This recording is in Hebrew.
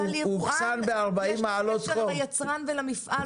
והוא אוחסן ב-40 מעלות חום --- אבל ליבואן יש קשר עם היצרן ועם המפעל.